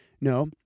No